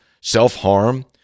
self-harm